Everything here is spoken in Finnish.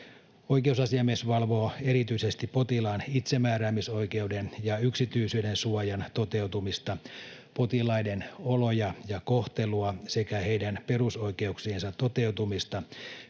Oikeusasiamies valvoo erityisesti potilaan itsemääräämisoikeuden ja yksityisyyden suojan toteutumista, potilaiden oloja ja kohtelua sekä heidän perusoikeuksiensa toteutumista myös